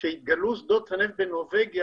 שכשהתגלו שדות הנפט בנורבגיה,